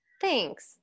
Thanks